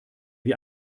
wie